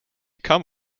come